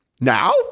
now